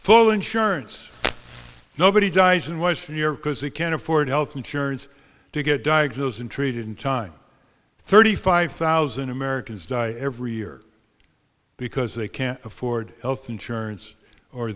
full insurance nobody dies and was fear because they can't afford health insurance to get diagnosed and treated in time thirty five thousand americans die every year because they can't afford health insurance or